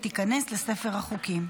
ותיכנס לספר החוקים.